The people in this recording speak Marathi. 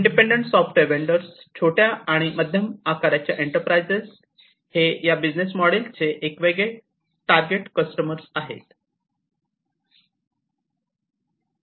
इंडिपेंडेंट सॉफ्टवेअर वेंडर्स छोट्या आणि मध्यम आकाराच्या एंटरप्राइजेस हे ह्या बिझनेस मॉडेलची एक वेगळे टारगेट कस्टमर आहेत